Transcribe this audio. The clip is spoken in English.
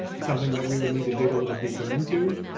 something that we would need to dig a little deeper into.